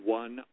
one